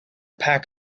pack